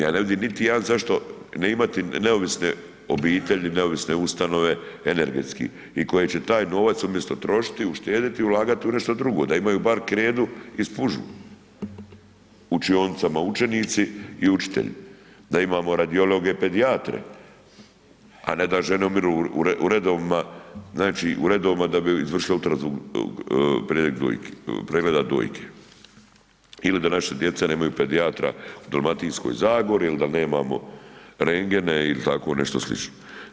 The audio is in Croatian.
Ja ne vidim niti jedan zašto ne imati neovisne obitelji, neovisne ustanove, energetski i koji će taj novac umjesto trošiti, uštediti i ulagati u nešto drugo, da imaju bar kredu i spužvu u učionicama učenici i učitelji, da imamo radiologe, pedijatre, a ne da žene umiru u redovima da bi izvršili ultrazvuk pregleda dojke ili da naša djeca nemaju pedijatra u Dalmatinskoj zagori ili da nemamo rendgene ili tako nešto slično.